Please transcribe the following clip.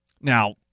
Now